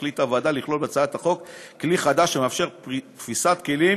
החליטה הוועדה לכלול בהצעת החוק כלי חדש שמאפשר תפיסת כלים